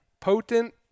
Potent –